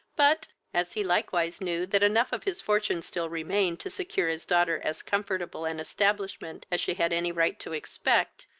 but, as he likewise knew that enough of his fortune still remained to secure his daughter as comfortable an establishment as she had any right to expect,